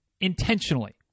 intentionally